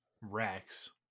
Rex